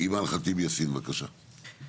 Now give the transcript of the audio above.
אימאן ח'טיב יאסין, בבקשה.